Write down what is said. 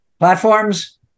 Platforms